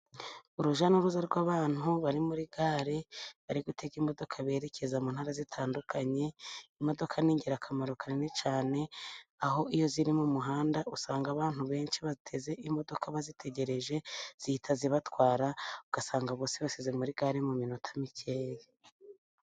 Urujya n'uruza rw'abantu bari muri gare, bari gutega imodoka berekeza mu ntara zitandukanye, imodoka n'ingirakamaro kanini cyane, aho iyo ziri mu muhanda usanga abantu benshi bateze imodoka bazitegereje, zihita zibatwara ugasanga bose bashize muri gare mu minota mikeya.